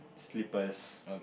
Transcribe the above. slippers